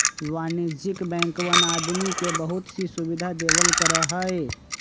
वाणिज्यिक बैंकवन आदमी के बहुत सी सुविधा देवल करा हई